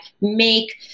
make